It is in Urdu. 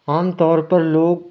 عام طور پر لوگ